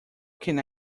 can